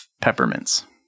peppermints